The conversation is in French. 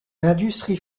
l’industrie